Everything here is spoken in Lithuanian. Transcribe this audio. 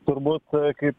turbūt kaip